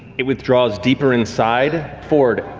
it withdraws deeper inside. fjord,